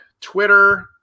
Twitter